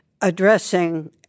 addressing